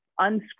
unscripted